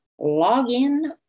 login